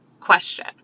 question